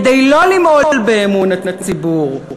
כדי לא למעול באמון הציבור,